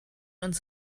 uns